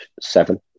seven